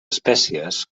espècies